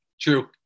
True